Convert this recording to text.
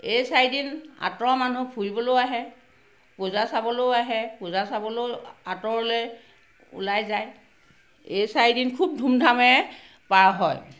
এই চাৰিদিন আতঁৰৰ মানুহ ফুৰিবলৈও আহে পূজা চাবলৈও আহে পূজা চাবলৈও আতঁৰলে ওলাই যায় এই চাৰিদিন খুব ধুম ধামেৰে পাৰ হয়